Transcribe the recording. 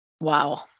Wow